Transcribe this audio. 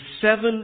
seven